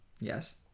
Yes